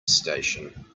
station